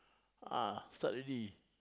uh start already